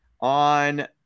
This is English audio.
on